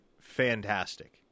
Fantastic